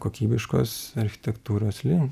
kokybiškos architektūros link